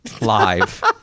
live